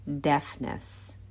deafness